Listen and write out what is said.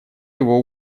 его